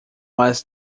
was